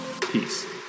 Peace